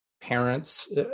parents